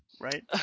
Right